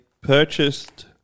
purchased